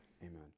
Amen